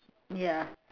ya